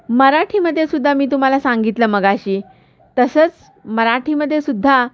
मराठीमध्ये सुद्धा मी तुम्हाला सांगितलं मगाशी तसंच मराठीमध्येसुद्धा